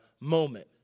moment